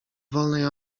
wolnej